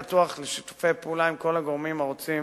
פתוחים לשיתופי פעולה עם כל הגורמים הרוצים